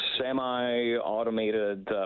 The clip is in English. semi-automated